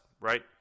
right